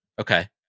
Okay